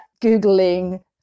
googling